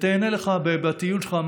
ותיהנה לך בטיול שלך.